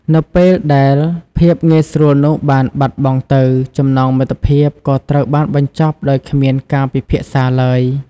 នៅពេលដែលភាពងាយស្រួលនោះបានបាត់បង់ទៅ ចំណងមិត្តភាពក៏ត្រូវបានបញ្ចប់ដោយគ្មានការពិភាក្សាឡើយ។